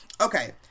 Okay